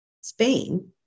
Spain